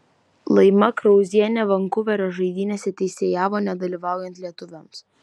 laima krauzienė vankuverio žaidynėse teisėjavo nedalyvaujant lietuviams